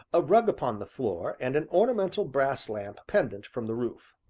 a rug upon the floor, and an ornamental brass lamp pendent from the roof.